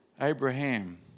Abraham